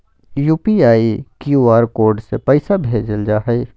UPI, QR code से पैसा भेजल जा हइ